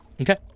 Okay